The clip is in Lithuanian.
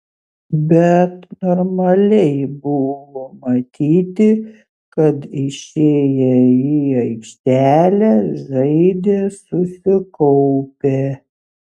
bet normaliai buvo matyti kad išėję į aikštelę žaidė susikaupę